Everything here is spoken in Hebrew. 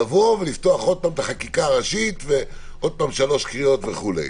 לבוא ולפתוח את החקיקה הראשית ושוב שלוש קריאות וכו'.